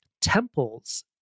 temples